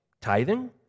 tithing